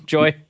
Joy